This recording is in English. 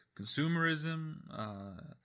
consumerism